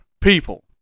people